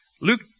Luke